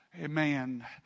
Amen